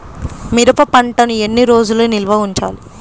మిరప పంటను ఎన్ని రోజులు నిల్వ ఉంచాలి?